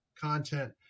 content